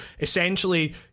essentially